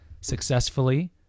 successfully